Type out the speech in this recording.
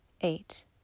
eight